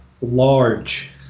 large